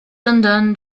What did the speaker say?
undone